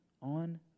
on